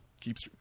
keeps